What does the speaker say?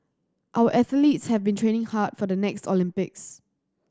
our athletes have been training hard for the next Olympics